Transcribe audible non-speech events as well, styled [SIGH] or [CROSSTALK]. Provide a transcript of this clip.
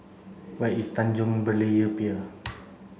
where is Tanjong Berlayer Pier [NOISE]